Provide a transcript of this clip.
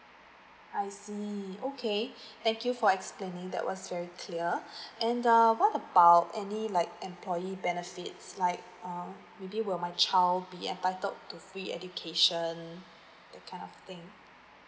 I see okay thank you for explaining that was very clear and err what about any like employee benefits like uh maybe will my child be entitled to free education that kind of thing